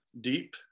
deep